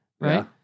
right